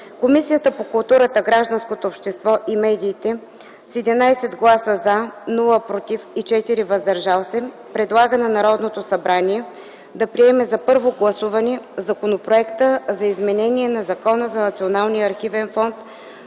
Комисията по културата, гражданското общество и медиите с 11 гласа „за”, 0 „против” и 4 „въздържали се” предлага на Народното събрание да приеме на първо гласуване Законопроекта за изменение на Закона за Националния архивен фонд,